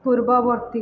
ପୂର୍ବବର୍ତ୍ତୀ